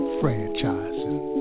franchising